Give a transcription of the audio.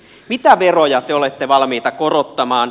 mitä veroja te olette valmiita korottamaan